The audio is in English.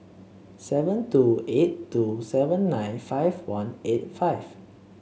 seven two eight two seven nine five one eight five